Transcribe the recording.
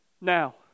now